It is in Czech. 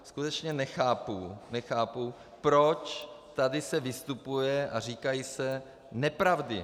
Skutečně nechápu, proč tady se vystupuje a říkají se nepravdy.